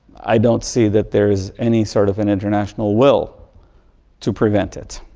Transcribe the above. i don't see that there's any sort of an international will to prevent it,